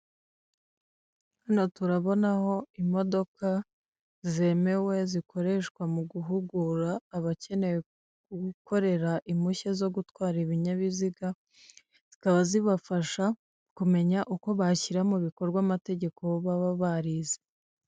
Hano turabona ho imodoka zemewe zikoreshwa mu guhugura abakeneye gukorera impushya zo gutwara ibinyabiziga, zikaba zibafasha kumenya uko bashyira mu bikorwa amategeko baba barize.